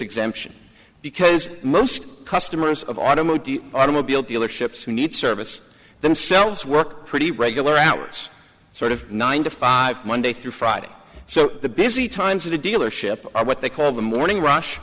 exemption because most customers of automotive automobile dealerships who need service themselves work pretty regular hours sort of nine to five monday through friday so the busy times of the dealership are what they call the morning rush